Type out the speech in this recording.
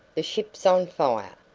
the ship's on fire!